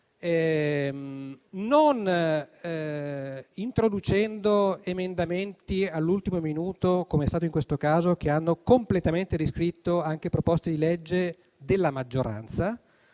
non introducendo emendamenti all'ultimo minuto, come è stato in questo caso, che hanno completamente riscritto anche proposte di legge della maggioranza.